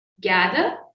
gather